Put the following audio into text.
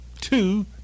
two